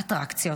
אטרקציות,